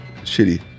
shitty